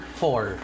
four